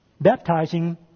Baptizing